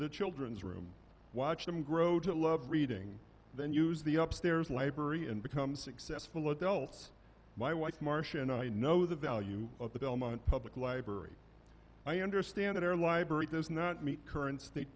the children's room watch them grow to love reading then use the up stairs library and become successful adults my wife marsh and i know the value of the belmont public library i understand our library does not meet current state